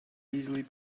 easily